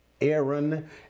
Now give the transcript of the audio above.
Aaron